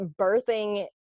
birthing